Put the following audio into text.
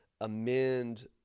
amend